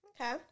Okay